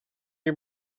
you